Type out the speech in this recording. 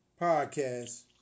podcast